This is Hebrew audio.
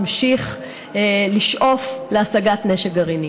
ממשיך לשאוף להשגת נשק גרעיני.